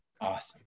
Awesome